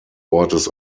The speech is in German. ortes